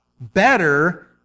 better